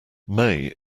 may